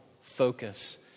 focus